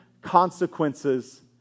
consequences